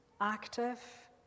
active